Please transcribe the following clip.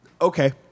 Okay